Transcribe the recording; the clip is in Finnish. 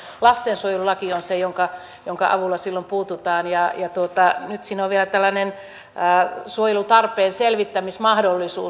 lastensuojelulaki on se jonka avulla silloin puututaan ja nyt siinä on vielä tällainen suojelutarpeen selvittämismahdollisuus